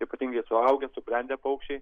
ypatingai suaugę subrendę paukščiai